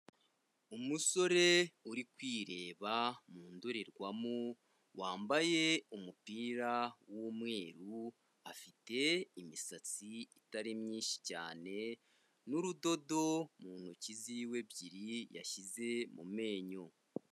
Umusore uri kwireba mu ndorerwamo wambaye umupira wumweru afite imisatsi itari myinshi cyane n'urudodo mu ntoki ziwe ebyiri yashyize mu menyo.